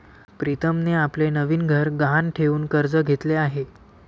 प्रीतमने आपले नवीन घर गहाण ठेवून कर्ज घेतले आहे